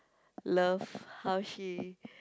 love how she